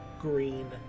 green